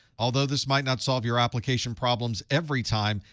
although this might not solve your application problems every time,